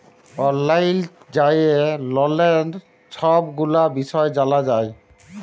অললাইল যাঁয়ে ললের ছব গুলা বিষয় জালা যায়